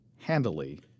handily